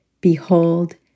Behold